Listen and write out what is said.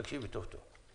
תקשיבי טוב טוב.